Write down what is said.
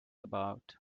about